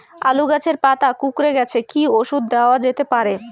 আলু গাছের পাতা কুকরে গেছে কি ঔষধ দেওয়া যেতে পারে?